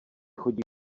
chodí